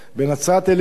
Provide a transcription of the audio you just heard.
בנצרת-עילית,